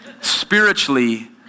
Spiritually